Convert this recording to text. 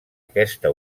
aquesta